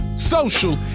social